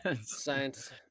science